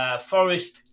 Forest